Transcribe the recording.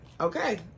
Okay